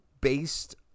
based